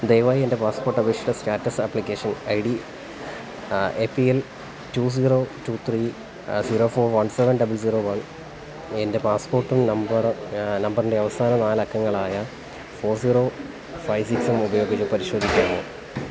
ദയവായി എൻ്റെ പാസ്പോട്ട് അപേക്ഷയുടെ status application I D A P L two zero two three zero four one seven double zero one എൻ്റെ passport number നമ്പറിൻ്റെ അവസാന നാലക്കങ്ങളായ ഫോർ സീറോ ഫൈ സിക്സും ഉപയോഗിച്ച് പരിശോധിക്കാമോ